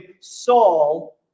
Saul